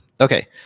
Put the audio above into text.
Okay